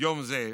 יום זה,